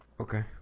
Okay